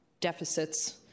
deficits